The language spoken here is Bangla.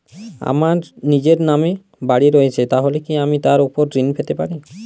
আমার নিজের নামে বাড়ী রয়েছে তাহলে কি আমি তার ওপর ঋণ পেতে পারি?